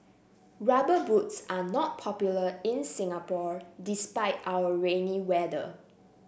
rubber boots are not popular in Singapore despite our rainy weather